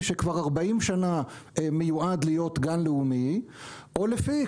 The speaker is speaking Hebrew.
שכבר 40 שנים מיועד להיות גן לאומי או לפי,